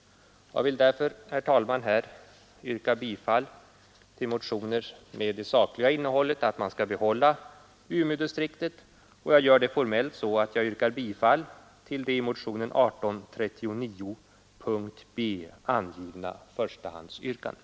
Herr talman! På grund av det anförda vill jag yrka bifall till motioner med det sakliga innehållet att Umeådistrikten skall bibehållas och jag gör det formellt så att jag yrkar bifall till det i motionen 1839, punkten B, angivna förstahandsyrkandet.